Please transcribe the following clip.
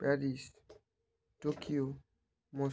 Paris Tokyo Moscow